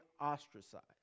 ostracized